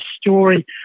story